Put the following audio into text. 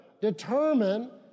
Determine